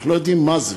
אנחנו לא יודעים מה זה.